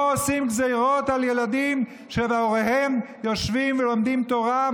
פה עושים גזרות על ילדים שהוריהם יושבים ולומדים תורה,